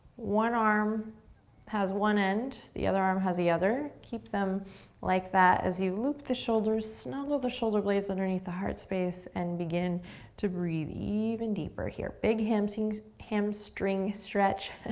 one arm has one end. the other arm has the other. keep them like that, as you loop the shoulders, snuggle the shoulder blades underneath the heart space, and begin to breathe even deeper here. big hamstring hamstring stretch.